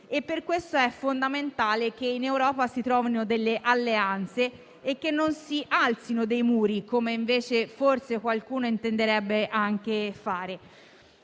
Per questo è essenziale che in Europa si trovino alleanze e che non si alzino muri, come invece forse qualcuno intenderebbe fare.